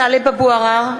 (קוראת בשמות חברי הכנסת) טלב אבו עראר,